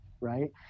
Right